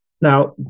Now